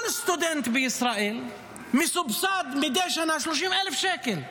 כל סטודנט בישראל מסובסד מדי שנה ב-30,000 שקל.